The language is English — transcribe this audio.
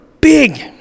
Big